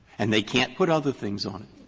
and they can't put other things on it.